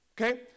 Okay